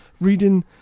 reading